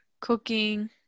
Cooking